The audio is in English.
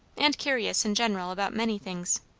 and curious in general about many things.